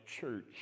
church